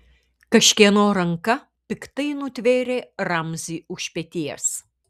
kažkieno ranka piktai nutvėrė ramzį už peties